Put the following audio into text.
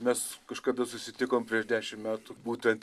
mes kažkada susitikom prieš dešim metų būtent